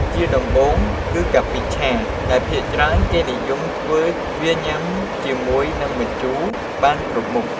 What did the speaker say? ជាដំបូងគឺ កាពិឆា ដែលភាគច្រើនគេនិយមធ្វើវាញ៉ាំជាមួយនិងម្ជូរបានគ្រប់មុខ។